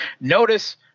Notice